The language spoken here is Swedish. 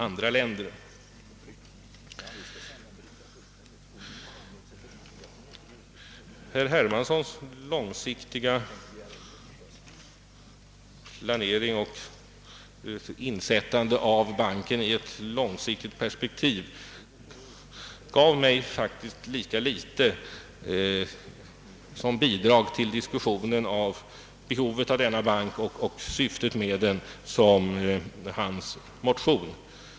Herr Hermanssons långsiktiga planering och insättande av banken i ett långsiktigt perspektiv gav mig faktiskt lika litet som bidrag till diskussionen av behovet av denna bank och syftet med densamma som hans motion.